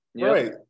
right